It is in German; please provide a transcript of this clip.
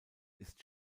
ist